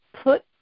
put